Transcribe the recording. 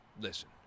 listen